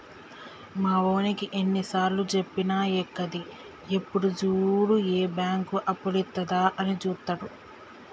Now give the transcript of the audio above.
మావోనికి ఎన్నిసార్లుజెప్పినా ఎక్కది, ఎప్పుడు జూడు ఏ బాంకు అప్పులిత్తదా అని జూత్తడు